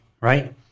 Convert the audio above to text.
right